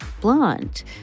blonde